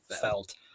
Felt